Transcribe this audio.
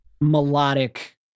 melodic